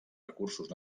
recursos